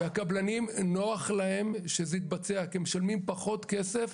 לקבלנים נוח שזה יתבצע כך כי הם משלמים פחות כסף